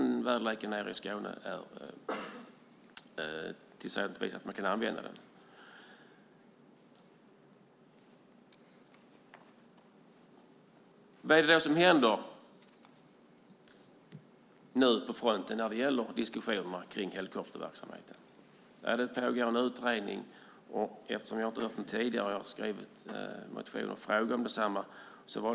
Samtidigt kan vädret i Skåne vara sådant att det går att använda helikopter. Vad händer då på helikopterfronten och i diskussionen om helikopterverksamheten? Ja, en utredning pågår. Jag har tidigare skrivit motioner i samma fråga, men jag har inte hört någonting om detta.